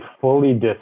fully